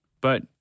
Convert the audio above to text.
But